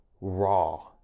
raw